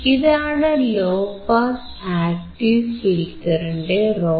ഇതാണ് low pass active ഫിൽറ്ററിന്റെ role